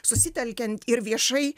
susitelkiant ir viešai